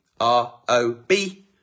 R-O-B